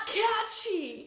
catchy